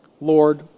Lord